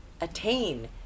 attain